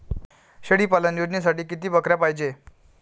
शेळी पालन योजनेसाठी किती बकऱ्या पायजे?